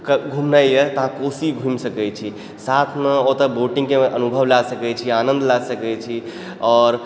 घुमनाइ यऽ तऽ अहाँ कोशी घुमि सकै छी साथमे ओतऽ बोटिङ्गगके अनुभव लए सकै छी आनन्द लए सकै छी आओर